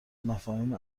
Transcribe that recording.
مفاهیم